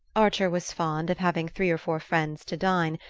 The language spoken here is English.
archer was fond of having three or four friends to dine,